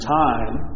time